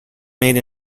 made